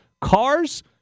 Cars